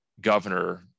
governor